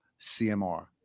cmr